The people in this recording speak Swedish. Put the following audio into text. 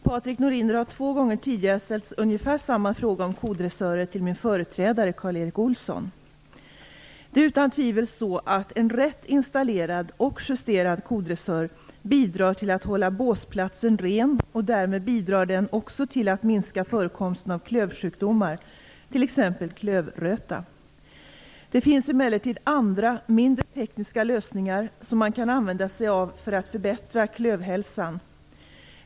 Patrik Norinder har två gånger tidigare ställt ungefär samma fråga om kodressörer till min företrädare Det är utan tvivel så att en rätt installerad och justerad kodressör bidrar till att hålla båsplatsen ren, och därmed bidrar den också till att minska förekomsten av klövsjukdomar, t.ex. klövröta. Det finns emellertid andra, mindre tekniska lösningar, som man kan använda sig av för att förbättra klövhälsan.